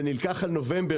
זה נלקח על נובמבר,